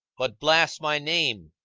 but blasts my name,